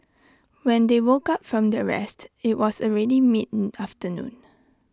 when they woke up from their rest IT was already mid afternoon